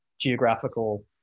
geographical